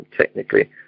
technically